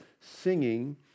singing